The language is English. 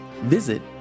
Visit